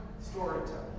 storytelling